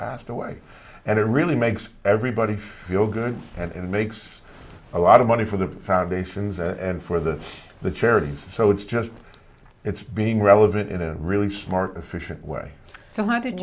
passed away and it really makes everybody feel good and it makes a lot of money for the foundations and for that the charities so it's just it's being relevant in a really smart efficient way so how did